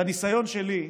מהניסיון שלי,